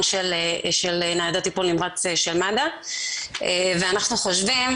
של ניידות טיפול נמרץ של מד"א ואנחנו חושבים,